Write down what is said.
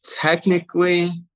technically